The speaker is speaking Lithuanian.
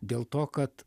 dėl to kad